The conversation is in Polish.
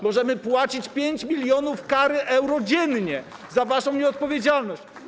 Możemy płacić 5 mln euro kary dziennie za waszą nieodpowiedzialność.